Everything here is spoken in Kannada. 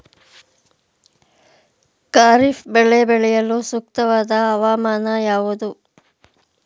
ಖಾರಿಫ್ ಬೆಳೆ ಬೆಳೆಯಲು ಸೂಕ್ತವಾದ ಹವಾಮಾನ ಯಾವುದು?